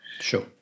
Sure